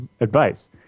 advice